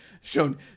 shown